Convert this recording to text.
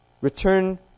Return